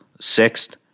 sixth